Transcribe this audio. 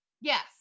Yes